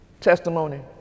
testimony